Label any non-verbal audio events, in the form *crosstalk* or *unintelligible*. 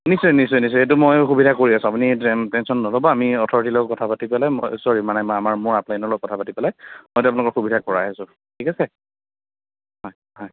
নিশ্চয় নিশ্চয় নিশ্চয় সেইটো মই সুবিধা কৰি আছো আপুনি টেন টেনশ্যন নল'ব আমি অথৰিটিৰ লগত কথা পাতি পেলাই মই ছ'ৰি মানে আমাৰ *unintelligible* লগত কথা পাতি পেলাই মই আপোনালোকক সুবিধা কৰাই আছো ঠিক আছে হয় হয়